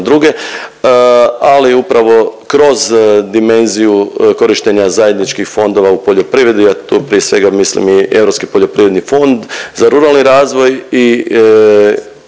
druge, ali upravo kroz dimenziju korištenja zajedničkih fondova u poljoprivredi, a tu prije svega mislim i europski poljoprivredni Fond za ruralni razvoj i